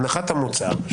הנחת המוצא שלי,